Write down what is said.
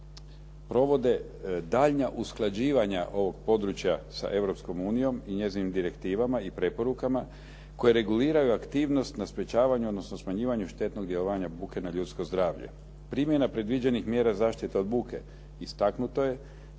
provode daljnja usklađivanja ovog područja sa Europskom unijom i njezinim direktivama i preporukama koje reguliraju aktivnost na sprječavanju, odnosno smanjivanju štetnog djelovanja buke na ljudsko zdravlje. Primjena predviđenih mjera zaštite od buke. Istaknuto je,